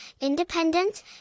independent